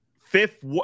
fifth